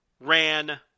ran